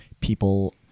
People